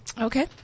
Okay